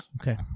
Okay